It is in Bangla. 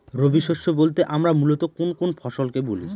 রবি শস্য বলতে আমরা মূলত কোন কোন ফসল কে বলি?